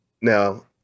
Now